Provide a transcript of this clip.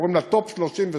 קוראים לה "טופ 37",